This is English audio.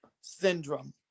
syndrome